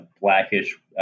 Blackish